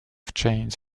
chains